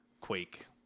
Quake